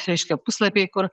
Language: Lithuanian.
reiškia puslapiai kur